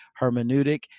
hermeneutic